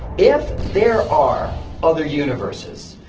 if there are other universes,